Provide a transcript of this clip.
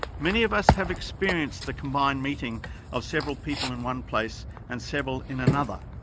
many of us have experienced the combined meeting of several people in one place and several in another.